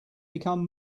become